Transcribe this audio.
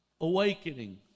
awakening